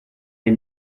les